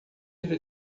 ele